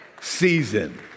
season